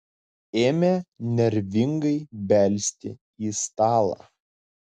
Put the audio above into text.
ėmė nervingai belsti į stalą